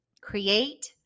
create